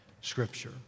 Scripture